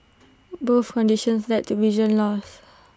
both conditions led to vision loss